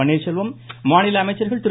பன்னீர்செல்வம் மாநில அமைச்சர்கள் திரு